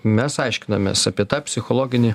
mes aiškinamės apie tą psichologinį